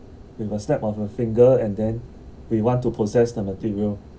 with a snap of a finger and then we want to possess the material